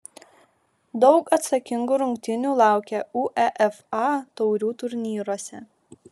daug atsakingų rungtynių laukia uefa taurių turnyruose